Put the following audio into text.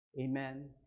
amen